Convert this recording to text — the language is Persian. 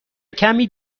کمی